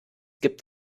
gibt